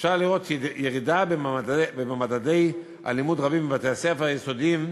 אפשר לראות ירידה במדדי אלימות רבים בבתי-הספר היסודיים,